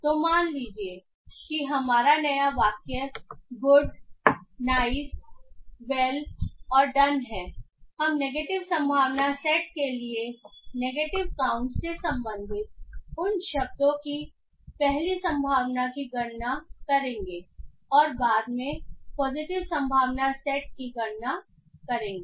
तो मान लीजिए कि हमारा नया वाक्य गुड नाइस वेल और डन है हम नेगेटिव संभावना सेट के लिए नेगेटिव काउंट से संबंधित उन शब्दों की पहली संभावना की गणना करेंगे और बाद में पॉजिटिव संभावना सेट की गणना करेंगे